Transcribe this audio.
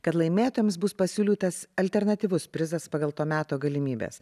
kad laimėtojams bus pasiūlytas alternatyvus prizas pagal to meto galimybes